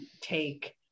take